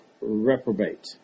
reprobate